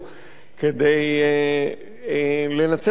כדי לנצל את ההזדמנות,